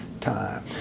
time